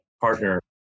partner